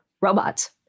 robots